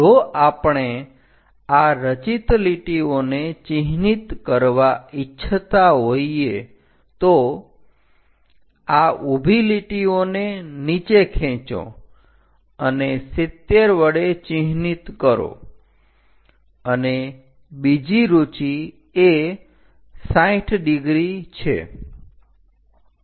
જો આપણે આ રચિત લીટીઓને ચિહ્નિત કરવા ઈચ્છતા હોઈએ તો આ ઊભી લીટીઓને નીચે ખેંચો અને 70 વડે ચિહ્નિત કરો અને બીજી રુચિ એ 60 ડિગ્રી છે